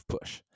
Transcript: push